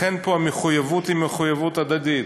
לכן פה המחויבות היא מחויבות הדדית.